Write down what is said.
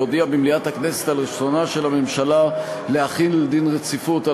להודיע במליאת הכנסת על רצונה של הממשלה להחיל דין רציפות על